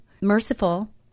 merciful